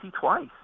twice